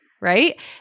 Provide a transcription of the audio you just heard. Right